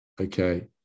okay